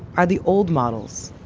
are the old models,